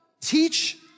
teach